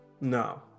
No